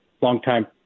longtime